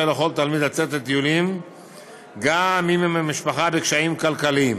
לכל תלמיד לצאת לטיולים גם אם המשפחה בקשיים כלכליים,